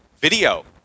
video